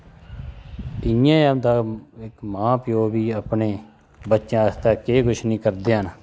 इ'यां गै होंदा मां प्यो बी अपने बच्चें आस्तै केह् किश निं करदे हैन